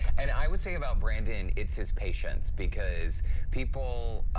and i would say about brandon, it's his patience, because people,